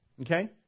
Okay